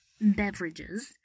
beverages